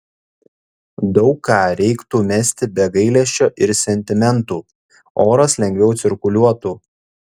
daug ką reiktų mesti be gailesčio ir sentimentų oras lengviau cirkuliuotų